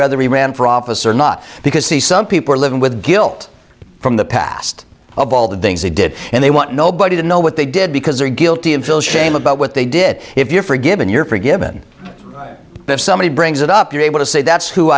whether we ran for office or not because the some people are living with guilt from the past of all the things they did and they want nobody to know what they did because they're guilty and feel shame about what they did if you're forgiven you're forgiven if somebody brings it up you're able to say